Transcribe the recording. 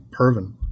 Pervin